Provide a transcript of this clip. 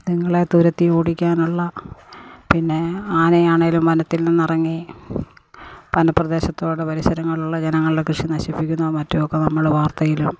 ഇതിങ്ങളെ തുരത്തി ഓടിക്കാനുള്ള പിന്നെ ആനയാണേലും വനത്തിൽ നിന്നിറങ്ങി വനപ്രദേശത്ത് കൂടെ പരിസരങ്ങളിൽ ഉള്ള ജനങ്ങളുടെ കൃഷി നശിപ്പിക്കുന്നത് മറ്റും ഒക്കെ നമ്മൾ വാർത്തയിലും